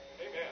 Amen